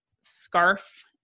scarf